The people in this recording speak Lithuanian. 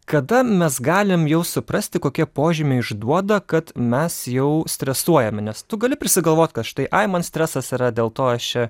kada mes galim jau suprasti kokie požymiai išduoda kad mes jau stresuojame nes tu gali prisigalvot kad štai ai man stresas yra dėl to aš čia